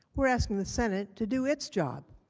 we are asking the senate to do its job.